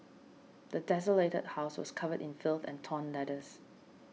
the desolated house was covered in filth and torn letters